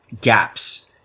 gaps